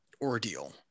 ordeal